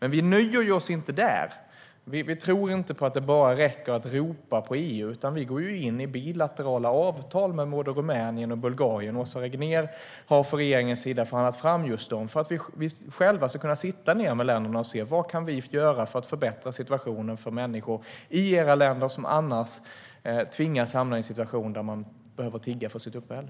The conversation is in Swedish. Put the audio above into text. Vi nöjer oss dock inte med det. Vi tror inte att det räcker att bara ropa på EU. Vi går in i bilaterala avtal med både Rumänien och Bulgarien. Åsa Regnér har för regeringens räkning förhandlat fram just de avtalen så att vi själva ska kunna sitta ned med länderna för att se vad vi kan göra för att förbättra situationen för människor i deras länder. Det handlar om människor som annars tvingas hamna i en situation då de behöver tigga för sitt uppehälle.